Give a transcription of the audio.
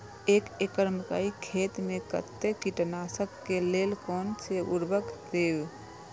एक एकड़ मकई खेत में कते कीटनाशक के लेल कोन से उर्वरक देव?